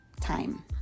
time